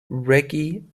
reggie